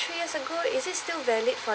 three years ago is it still valid for